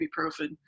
ibuprofen